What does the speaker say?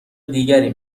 دیگری